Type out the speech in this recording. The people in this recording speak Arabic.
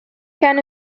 كان